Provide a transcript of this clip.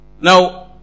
Now